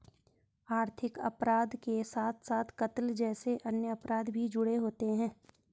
आर्थिक अपराध के साथ साथ कत्ल जैसे अन्य अपराध भी जुड़े होते हैं